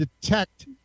detect